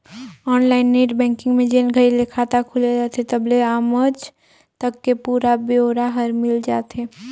online net banking में जेन घरी ले खाता खुले रथे तबले आमज तक के पुरा ब्योरा हर मिल जाथे